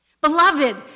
Beloved